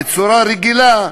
בצורה רגילה,